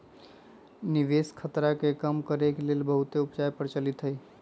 निवेश खतरा के कम करेके के लेल बहुते उपाय प्रचलित हइ